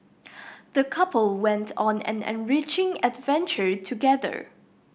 the couple went on an enriching adventure together